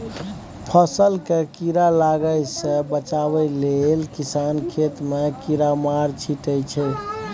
फसल केँ कीड़ा लागय सँ बचाबय लेल किसान खेत मे कीरामार छीटय छै